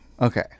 Okay